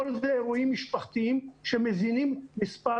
כל אלו אירועים משפחתיים שמזינים מספר